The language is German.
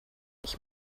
ich